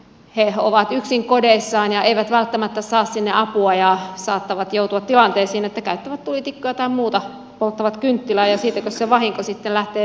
he ovat yksin kodeissaan ja eivät välttämättä saa sinne apua ja saattavat joutua tilanteisiin että käyttävät tulitikkuja tai muuta polttavat kynttilää ja siitäkös se vahinko sitten lähtee vyörymään